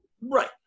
Right